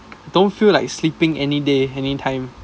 don't feel like sleeping any day anytime